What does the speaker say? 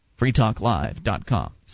freetalklive.com